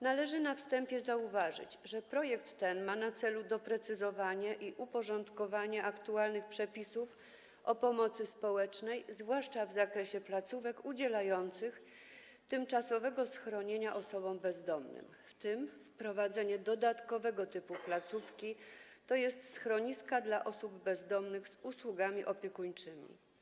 Należy na wstępie zauważyć, że projekt ten ma na celu doprecyzowanie i uporządkowanie aktualnych przepisów o pomocy społecznej, zwłaszcza w zakresie placówek udzielających tymczasowego schronienia osobom bezdomnym, w tym wprowadzenie dodatkowego typu placówki, tj. schroniska dla osób bezdomnych z usługami opiekuńczymi.